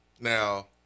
Now